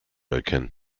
erkennen